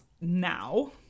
now